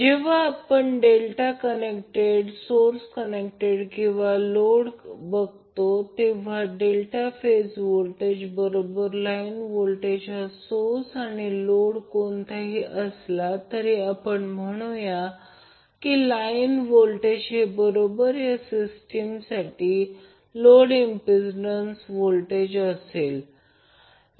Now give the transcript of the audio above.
जेव्हा आपण delta connected source connected किंवा लोड बघतो तेव्हा डेल्टा फेज व्होल्टेज बरोबर लाईन व्होल्टेज हा सोर्स किंवा लोड कोणताही असला तरी आपण म्हणूया लाईन व्होल्टेज हे बरोबर या सिस्टीमसाठी लोड इम्पिडंन्स व्होल्टेज असेल